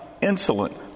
insolent